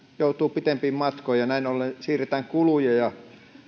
joutuvat pitempiin matkoihin ja näin ollen siirretään kuluja